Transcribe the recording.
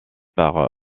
par